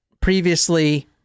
previously